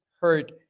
hurt